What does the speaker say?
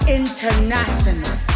international